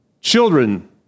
children